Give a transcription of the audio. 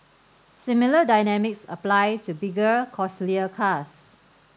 similar dynamics apply to bigger costlier cars